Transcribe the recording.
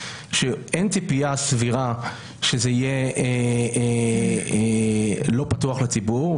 שאין ציפייה סבירה שזה לא יהיה פתוח לציבור,